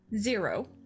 zero